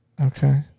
Okay